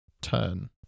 turn